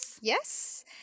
Yes